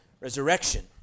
resurrection